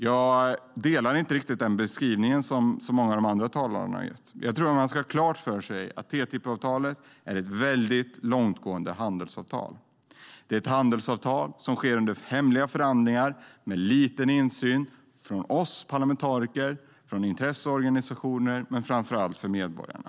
Jag delar inte riktigt den beskrivning som många av de andra talarna har gett. Jag tror att man ska ha klart för sig att TTIP-avtalet är ett väldigt långtgående handelsavtal. Det är ett handelsavtal som sker under hemliga förhandlingar med liten insyn från oss parlamentariker, från intresseorganisationer men framför allt från medborgarna.